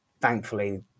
thankfully